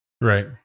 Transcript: Right